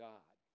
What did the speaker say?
God